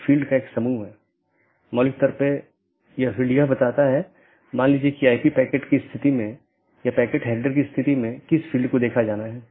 एक अन्य संदेश सूचना है यह संदेश भेजा जाता है जब कोई त्रुटि होती है जिससे त्रुटि का पता लगाया जाता है